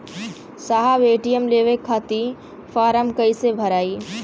साहब ए.टी.एम लेवे खतीं फॉर्म कइसे भराई?